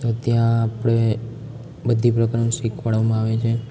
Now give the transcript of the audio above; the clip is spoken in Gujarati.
તો ત્યાં આપણે બધી પ્રકારનું શિખવાડવામાં આવે છે